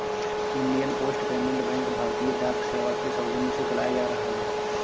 Indian Post Payment Bank भारतीय डाक सेवा के सौजन्य से चलाया जा रहा है